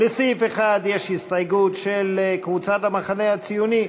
לסעיף 1 יש הסתייגות של קבוצת סיעת המחנה הציוני,